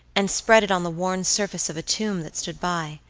and spread it on the worn surface of a tomb that stood by.